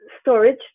storage